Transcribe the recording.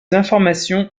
informations